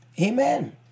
Amen